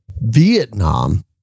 Vietnam